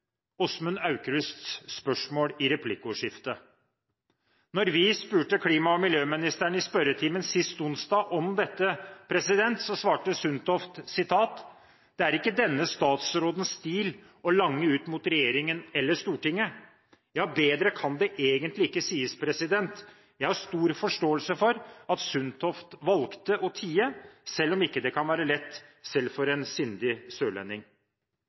Åsmund Aukrusts spørsmål i replikkordskiftet. Da vi spurte klima- og miljøministeren i spørretimen sist onsdag om dette, svarte Tine Sundtoft: «Det er ikke denne statsrådens stil verken å lange ut mot egen regjering eller å lange ut mot Stortinget.» Ja, bedre kan det egentlig ikke sies. Jeg har stor forståelse for at statsråd Sundtoft valgte å tie, selv om det ikke kan være lett – selv for en sindig